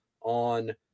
on